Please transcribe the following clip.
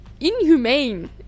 inhumane